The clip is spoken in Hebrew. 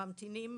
שממתינים